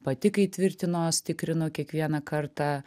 pati kai tvirtinuos tikrinu kiekvieną kartą